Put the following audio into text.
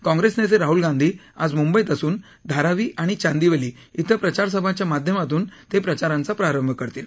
काँप्रेस नेते राहुल गांधी आज मुंबईत असून धारावी आणि चांदिवली इथं प्रचारसभांच्या माध्यमातून ते प्रचाराचा प्रारंभ करतील